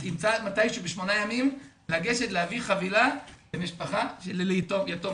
מתישהו בשמונה ימים לגשת להביא חבילה למשפחה של יתום.